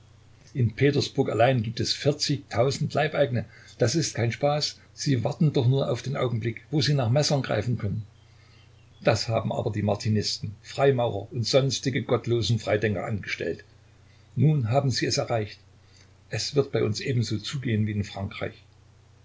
in petersburg allein gibt es vierzigtausend leibeigene das ist kein spaß sie warten doch nur auf den augenblick wo sie nach messern greifen können das haben aber die martinisten freimaurer und sonstige gottlose freidenker angestellt nun haben sie es erreicht es wird bei uns ebenso zugehen wie in frankreich